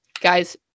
Guys